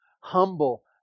Humble